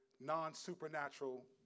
non-supernatural